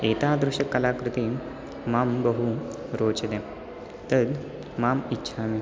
एतादृशकलाकृतिं मां बहु रोचते तत् माम् इच्छामि